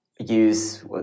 use